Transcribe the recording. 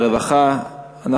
הרווחה והבריאות נתקבלה.